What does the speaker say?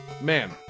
Man